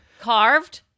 Carved